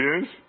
Yes